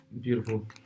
Beautiful